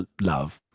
love